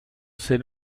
ser